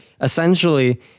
essentially